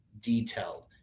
detailed